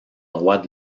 droits